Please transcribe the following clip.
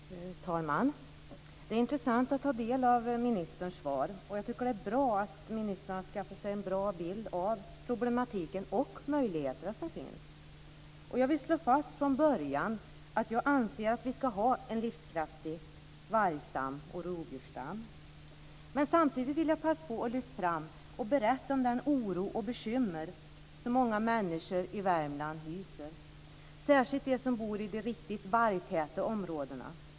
Fru talman! Det är intressant att ta del av ministerns svar. Jag tycker att det är bra att ministern har skaffat sig en god bild av problemen och de möjligheter som finns. Jag vill från början slå fast att jag anser att vi ska ha en livskraftig vargstam och rovdjursstam. Samtidigt vill jag berätta om den oro och de bekymmer som många i Värmland hyser - särskilt de som bor i de riktigt vargtäta områdena.